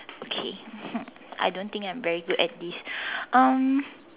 okay hmm I don't think I am very good at this um